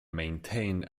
maintained